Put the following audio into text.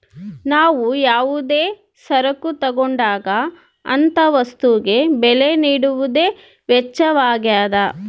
ನಾವು ಯಾವುದೇ ಸರಕು ತಗೊಂಡಾಗ ಅಂತ ವಸ್ತುಗೆ ಬೆಲೆ ನೀಡುವುದೇ ವೆಚ್ಚವಾಗ್ಯದ